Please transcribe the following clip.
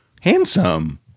handsome